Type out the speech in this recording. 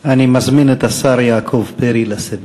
אני מזמין את השר יעקב פרי לשאת דברים.